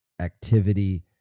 activity